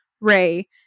ray